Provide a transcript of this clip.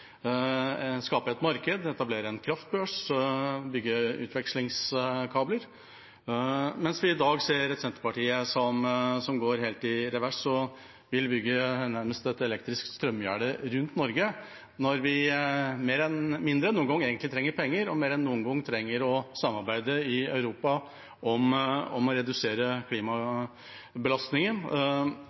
et marked, etablere en kraftbørs, bygge utvekslingskabler. I dag ser vi at Senterpartiet går helt i revers og vil bygge nærmest et elektrisk strømgjerde rundt Norge, når vi mindre enn noen gang egentlig trenger penger og mer enn noen gang trenger å samarbeide i Europa om å redusere klimabelastningen.